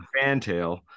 fantail